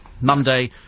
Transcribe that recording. Monday